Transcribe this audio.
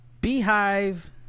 Beehive